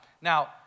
Now